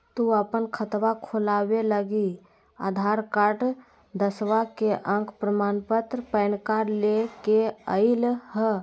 तू अपन खतवा खोलवे लागी आधार कार्ड, दसवां के अक प्रमाण पत्र, पैन कार्ड ले के अइह